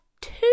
two